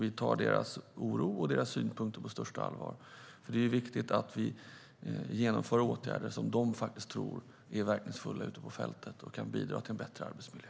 Vi tar deras oro och deras synpunkter på största allvar, för det är viktigt att vi genomför åtgärder som de faktiskt tror är verkningsfulla ute på fältet och som kan bidra till en bättre arbetsmiljö.